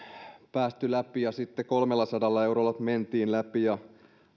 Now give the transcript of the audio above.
päästy läpi ja sitten kolmellasadalla eurolla mentiin läpi ja